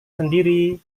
sendiri